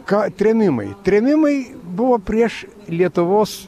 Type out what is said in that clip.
ką trėmimai trėmimai buvo prieš lietuvos